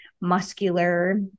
muscular